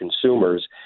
consumers